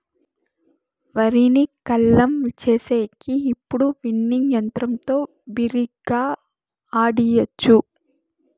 వరిని కల్లం చేసేకి ఇప్పుడు విన్నింగ్ యంత్రంతో బిరిగ్గా ఆడియచ్చు